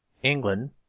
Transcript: england,